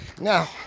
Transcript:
Now